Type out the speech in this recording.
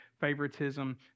favoritism